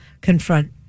confront